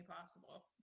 possible